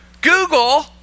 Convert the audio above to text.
Google